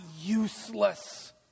useless